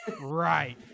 Right